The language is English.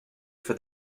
for